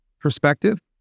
perspective